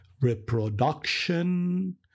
reproduction